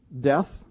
death